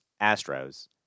Astros